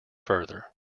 further